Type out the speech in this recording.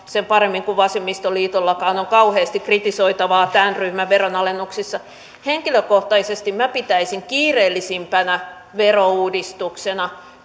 sen paremmin kuin vasemmistoliitollakaan on kauheasti kritisoitavaa tämän ryhmän veronalennuksissa henkilökohtaisesti pitäisin kiireellisimpänä verouudistuksena